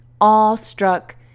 awestruck